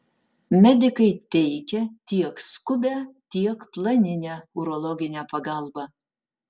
medikai teikia tiek skubią tiek planinę urologinę pagalbą